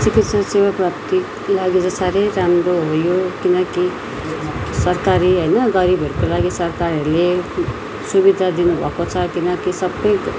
चिकित्सा सेवा प्राप्तिको लागि त साह्रै राम्रो हो यो किनकि सरकारी होइन गरिबहरूको लागि सरकारहरूले सुविधा दिनु भएको छ किनकि सबै